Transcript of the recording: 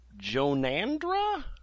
Jonandra